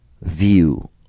view